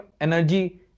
energy